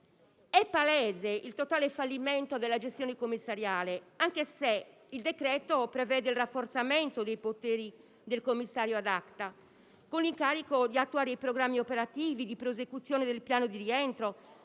problema. Il totale fallimento della gestione commissariale è palese, anche se il decreto prevede il rafforzamento dei poteri del commissario *ad acta*, con l'incarico di attuare i programmi operativi di prosecuzione del piano di rientro